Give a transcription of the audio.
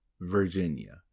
Virginia